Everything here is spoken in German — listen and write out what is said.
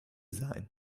sein